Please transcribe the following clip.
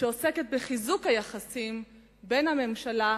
העוסקת בחיזוק היחסים בין הממשלה,